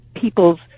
people's